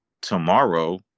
tomorrow